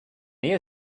you